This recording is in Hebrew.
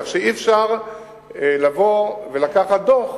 אי-אפשר לבוא ולקחת דוח